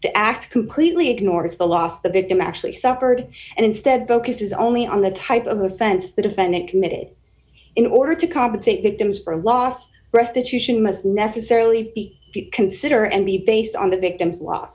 the act completely ignores the loss the victim actually suffered and instead focuses only on the type of offense the defendant committed in order to compensate victims for a lost restitution must necessarily be consider and be based on the victim's lo